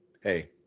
hey